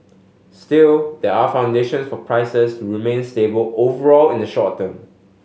still there are foundations for prices to remain stable overall in the short term